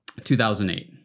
2008